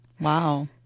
Wow